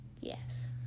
Yes